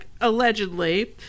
allegedly